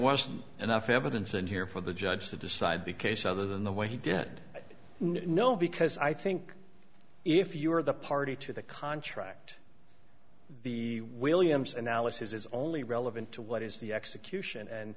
wasn't enough evidence and here for the judge to decide the case other than the way he did no because i think if you were the party to the contract the williams analysis is only relevant to what is the execution